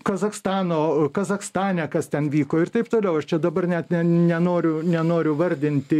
kazachstano kazachstane kas ten vyko ir taip toliau aš čia dabar net nenoriu nenoriu vardinti